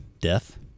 Death